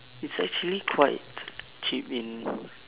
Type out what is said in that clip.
it's actually quite cheap in